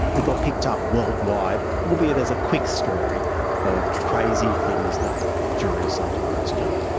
it got picked up worldwide, albeit as a quick story of crazy things that juries sometimes do.